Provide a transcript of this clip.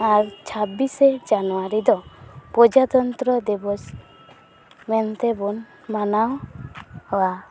ᱟᱨ ᱪᱷᱟᱵᱤᱥᱮ ᱡᱟᱱᱩᱣᱟᱨᱤ ᱫᱚ ᱯᱨᱚᱡᱟᱛᱚᱱᱛᱨᱚ ᱫᱤᱵᱚᱥ ᱢᱮᱱ ᱛᱮᱵᱚᱱ ᱢᱟᱱᱟᱣᱟ